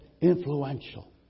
influential